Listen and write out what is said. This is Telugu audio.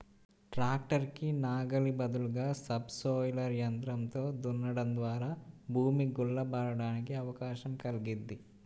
ట్రాక్టర్ కి నాగలి బదులుగా సబ్ సోయిలర్ యంత్రంతో దున్నడం ద్వారా భూమి గుల్ల బారడానికి అవకాశం కల్గిద్ది